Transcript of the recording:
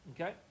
Okay